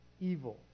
evil